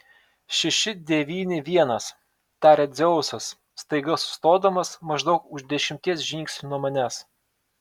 šeši devyni vienas taria dzeusas staiga sustodamas maždaug už dešimties žingsnių nuo manęs